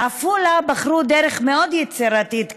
בעפולה בחרו חברי המועצה בדרך מאוד יצירתית,